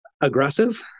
aggressive